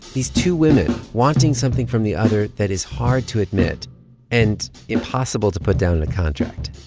these two women wanting something from the other that is hard to admit and impossible to put down in a contract.